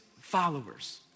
followers